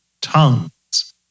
tongues